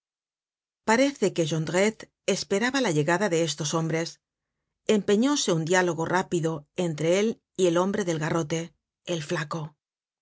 parece que jondrete esperaba la llegada de estos hombres empeñóse un diálogo rápido entre él y el hombre del garrote el flaco